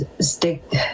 stick